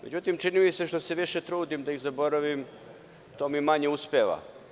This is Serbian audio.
Međutim, čini mi se da što se više trudim da ih zaboravim, to mi manje uspeva.